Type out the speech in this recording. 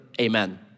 amen